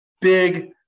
big